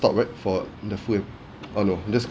stop right for the phone oh no just